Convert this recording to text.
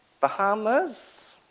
Bahamas